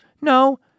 No